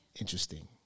interesting